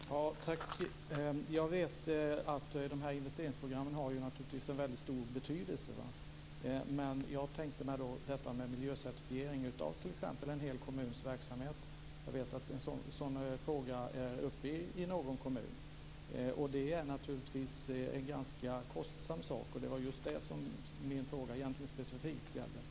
Herr talman! Jag vet att de här investeringsprogrammen ju naturligtvis har en väldigt stor betydelse, men jag tänkte mig detta med miljöcertifiering av t.ex. en hel kommuns verksamhet. Jag vet att en sådan fråga är uppe i någon kommun. Det är naturligtvis en ganska kostsam sak, och det var just det som min fråga egentligen specifikt gällde.